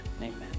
amen